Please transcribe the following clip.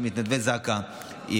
נוודא שכל מתנדבי זק"א יקבלו,